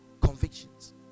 convictions